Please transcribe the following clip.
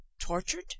tortured